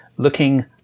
Looking